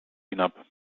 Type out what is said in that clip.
hinab